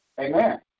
Amen